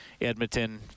edmonton